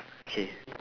K